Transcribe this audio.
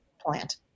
plant